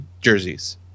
jerseys